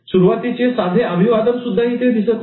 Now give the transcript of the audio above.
सुरुवातीचे साधे अभिवादन सुद्धा इथे दिसत नाही